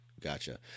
Gotcha